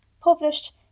published